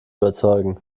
überzeugen